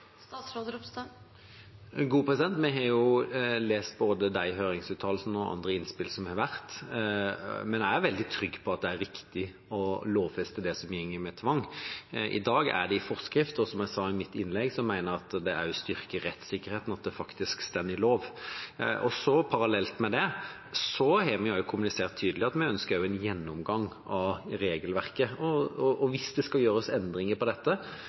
Vi har lest både de høringsuttalelsene og andre innspill som har kommet. Jeg er veldig trygg på at det er riktig å lovfeste det som gjelder tvang. I dag er det i forskrift, og som jeg sa i mitt innlegg, mener jeg at det også styrker rettssikkerheten at det faktisk står i loven. Parallelt med det har vi kommunisert tydelig at vi også ønsker en gjennomgang av regelverket. Og hvis det skal gjøres endringer på dette,